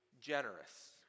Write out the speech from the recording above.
generous